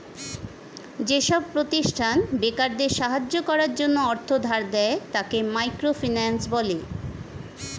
যেসব প্রতিষ্ঠান বেকারদের সাহায্য করার জন্য অর্থ ধার দেয়, তাকে মাইক্রো ফিন্যান্স বলে